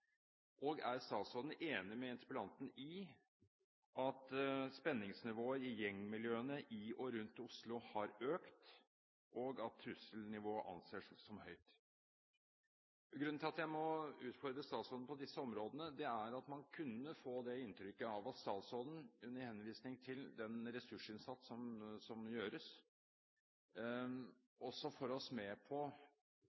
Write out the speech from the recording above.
Og: Er statsråden enig med interpellanten i at spenningsnivået i gjengmiljøene i og rundt Oslo har økt, og at trusselnivået anses som høyt? Grunnen til at jeg må utfordre statsråden på disse områdene, er at man kunne få inntrykk av at statsråden, med henvisning til den ressursinnsats som gjøres,